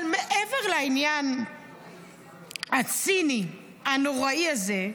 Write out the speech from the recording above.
אבל מעבר לעניין הציני הנוראי הזה,